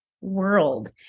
world